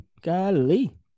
Golly